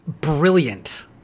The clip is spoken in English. brilliant